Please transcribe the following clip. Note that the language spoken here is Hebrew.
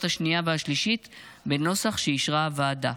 השנייה והשלישית בנוסח שאישרה הוועדה.